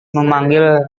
memanggil